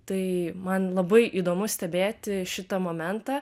tai man labai įdomu stebėti šitą momentą